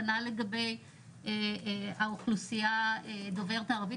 כנ"ל לגבי האוכלוסייה דוברת הערבית,